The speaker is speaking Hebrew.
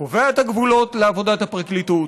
קובע את הגבולות לעבודת הפרקליטות,